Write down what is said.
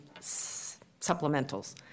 supplementals